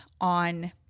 on